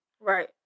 Right